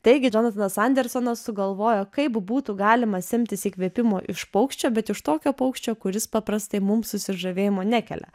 taigi džonatanas andersonas sugalvojo kaip būtų galima semtis įkvėpimo iš paukščio bet iš tokio paukščio kuris paprastai mums susižavėjimo nekelia